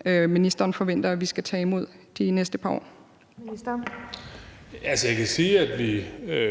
integrationsministeren (Kaare Dybvad Bek): Jeg kan sige, at vi